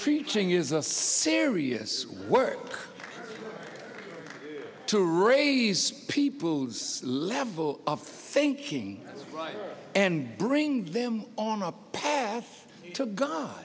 preaching is a serious work to raise people's level of faking and bring them on a path to god